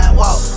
walk